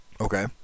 Okay